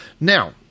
Now